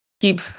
keep